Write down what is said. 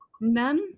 None